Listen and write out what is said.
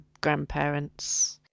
grandparents